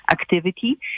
activity